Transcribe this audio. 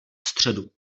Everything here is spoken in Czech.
středu